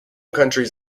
countries